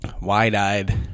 wide-eyed